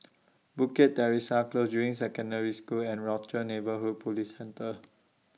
Bukit Teresa Close Juying Secondary School and Rochor Neighborhood Police Centre